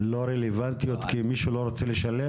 לא רלוונטיות כי מישהו לא רוצה לשלם?